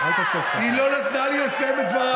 אל תעשה, היא לא נתנה לי לסיים את דבריי.